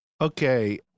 okay